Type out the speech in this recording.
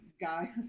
guy